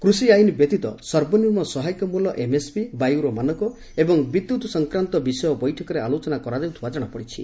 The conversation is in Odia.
କୃଷି ଆଇନ୍ ବ୍ୟତୀତ ସର୍ବନିମ୍ନ ସହାୟକ ମୂଲ୍ୟ ଏମ୍ଏସ୍ପି ବାୟୁର ମାନକ ଏବଂ ବିଦ୍ୟୁତ୍ ସଂକ୍ରାନ୍ତ ବିଷୟ ବୈଠକରେ ଆଲୋଚନା କରାଯାଉଥିବା ଜଣାପଡ଼ିଛି